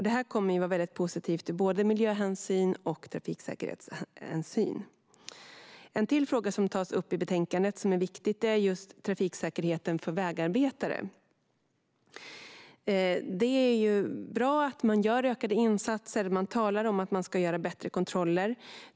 Detta kommer att vara väldigt positivt ur både miljö och trafiksäkerhetshänseende. En till viktig fråga som tas upp i betänkandet är trafiksäkerheten för vägarbetare. Det är bra att man gör ökade insatser och att man talar om att göra bättre kontroller.